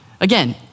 Again